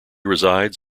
resides